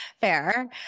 fair